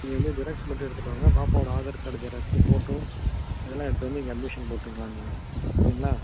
நீங்கள் வந்து ஜெராக்ஸ் மட்டும் எடுத்துகிட்டு வாங்க பாப்பாவோடய ஆதாரு கார்டு ஜெராக்ஸு ஃபோட்டோ இதெல்லாம் எடுத்துகிட்டு வந்து இங்கே அட்மிஷன் போட்டுக்கலாம் நீங்கள் சரிங்களா